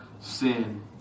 sin